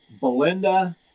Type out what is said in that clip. Belinda